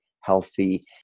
healthy